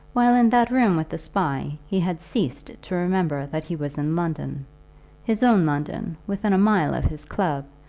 while in that room with the spy he had ceased to remember that he was in london his own london, within a mile of his club,